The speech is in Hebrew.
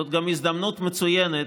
זו גם הזדמנות מצוינת,